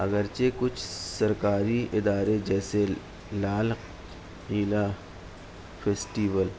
اگرچہ کچھ سرکاری ادارے جیسے لال نیلا فیسٹیول